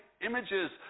images